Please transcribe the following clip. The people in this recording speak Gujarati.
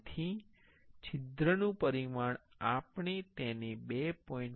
તેથી છિદ્રનું પરિમાણ આપણે તેને 2